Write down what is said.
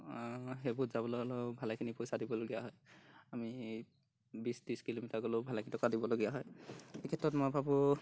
সেইবোৰত যাবলৈ হ'লেও ভালেখিনি পইচা দিবলগীয়া হয় আমি বিছ ত্ৰিছ কিলোমিটাৰ গ'লেও ভালেকেইটকা দিবলগীয়া হয় এই ক্ষেত্ৰত মই ভাবোঁ